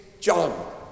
John